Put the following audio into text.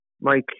Mike